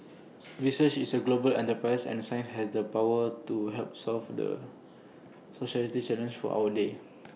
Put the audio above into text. research is A global enterprise and science has the power to help solve the societal challenges of our day